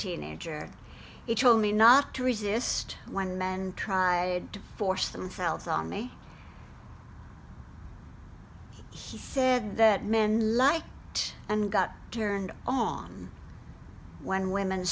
teenager he told me not to resist when men tried to force themselves on me he said that men like and got turned on when women